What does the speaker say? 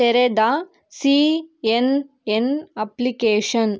ತೆರೆದ C N N application